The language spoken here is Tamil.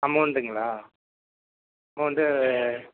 அமௌண்டுங்களா அமௌண்ட்டு